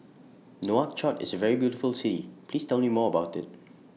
Nouakchott IS A very beautiful City Please Tell Me More about IT